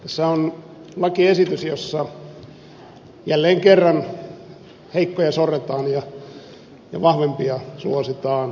tässä on lakiesitys jossa jälleen kerran heikkoja sorretaan ja vahvempia suositaan